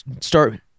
start